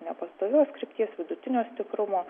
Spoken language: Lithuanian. nepastovios krypties vidutinio stiprumo